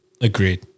Agreed